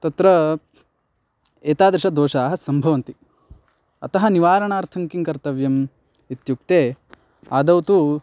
तत्र एतादृशाः दोषाः सम्भवन्ति अतः निवारणार्थं किं कर्तव्यम् इत्युक्ते आदौ तु